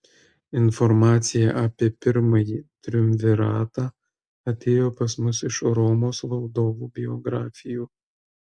informacija apie pirmąjį triumviratą atėjo pas mus iš romos valdovų biografijų